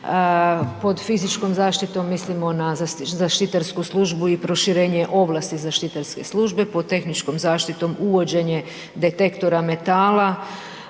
pod fizičkom zaštitom mislimo na zaštitarsku službu i proširenje ovlasti zaštitarske službe. Pod tehničkom zaštitom uvođenje detektora metala,